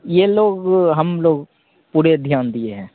यह लोग हम लोग पूरे ध्यान दिए हैं